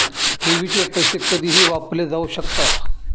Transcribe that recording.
ठेवीचे पैसे कधीही वापरले जाऊ शकतात